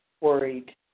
worried